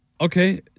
Okay